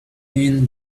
thin